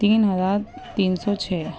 تین ہزار تین سو چھ